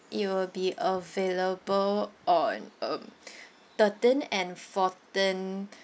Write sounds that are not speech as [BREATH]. it will be available on um [BREATH] thirteen and fourteen